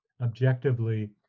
objectively